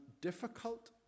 difficult